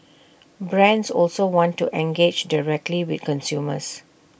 brands also want to engage directly with consumers